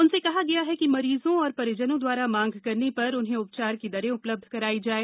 उनसे कहा गया है कि मरीजो और परिजनो द्वारा मांग करने पर उन्हें उपचार की दरें उपलब्ध कराई जाएं